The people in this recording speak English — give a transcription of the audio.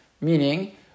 meaning